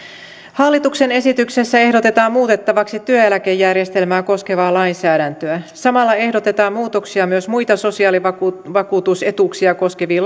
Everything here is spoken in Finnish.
hallituksen esityksessä ehdotetaan muutettavaksi työeläkejärjestelmää koskevaa lainsäädäntöä samalla ehdotetaan muutoksia myös muita sosiaalivakuutusetuuksia koskeviin